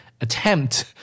attempt